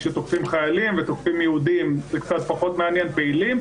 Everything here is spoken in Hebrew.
כשתוקפים חיילים ותוקפים יהודים זה קצת פחות מעניין פעילים,